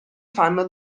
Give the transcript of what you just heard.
fanno